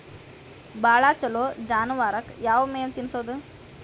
ಭಾಳ ಛಲೋ ಜಾನುವಾರಕ್ ಯಾವ್ ಮೇವ್ ತಿನ್ನಸೋದು?